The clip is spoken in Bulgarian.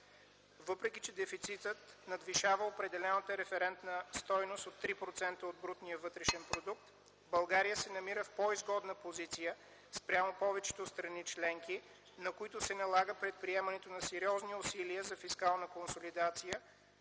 Въпреки че дефицитът надвишава определената референтна стойност от 3% от брутния вътрешен продукт, България се намира в по-изгодна позиция спрямо повечето страни членки, на които се налага предприемането на сериозни усилия за фискална консолидация,